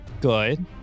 Good